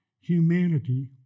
humanity